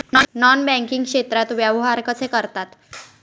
Non banking क्षेत्रात व्यवहार कसे करतात?